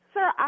Sir